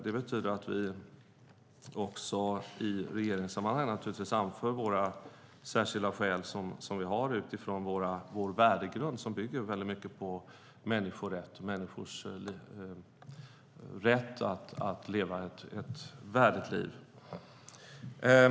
Det betyder att vi också i regeringssammanhang naturligtvis anför våra särskilda skäl som vi har utifrån vår värdegrund och som bygger väldigt mycket på människors rätt att leva ett värdigt liv.